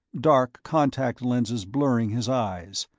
dark contact lenses blurring his eyes.